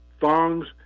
thongs